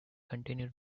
continue